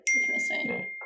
Interesting